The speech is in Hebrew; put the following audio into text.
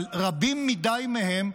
אבל רבים מדי מהם,